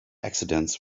accidents